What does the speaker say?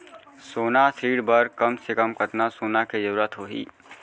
सोना ऋण बर कम से कम कतना सोना के जरूरत होही??